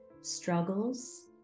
struggles